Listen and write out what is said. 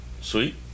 sweet